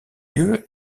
lieu